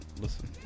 listen